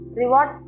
reward